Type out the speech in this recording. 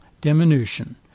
diminution